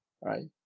right